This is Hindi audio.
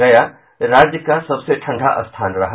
गया राज्य का सबसे ठंडा स्थान रहा